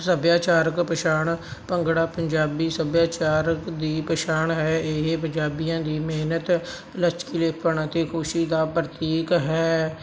ਸੱਭਿਆਚਾਰਕ ਪਛਾਣ ਭੰਗੜਾ ਪੰਜਾਬੀ ਸੱਭਿਆਚਾਰ ਦੀ ਪਛਾਣ ਹੈ ਇਹ ਪੰਜਾਬੀਆਂ ਦੀ ਮਿਹਨਤ ਲਚਕੀਲੇਪਣ ਅਤੇ ਖੁਸ਼ੀ ਦਾ ਪ੍ਰਤੀਕ ਹੈ